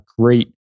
great